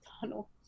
tunnel